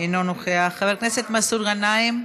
אינו נוכח, חבר הכנסת מסעוד גנאים,